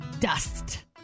dust